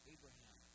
Abraham